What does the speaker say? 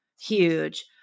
huge